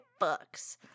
fucks